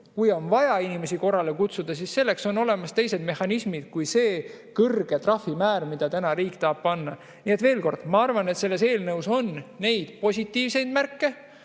Kui on vaja inimesi korrale kutsuda, siis selleks on olemas teised mehhanismid, mitte see kõrge trahvimäär, mida riik tahab [kehtestada]. Nii et veel kord: ma arvan, et selles eelnõus on positiivseid märke,